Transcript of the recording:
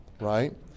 Right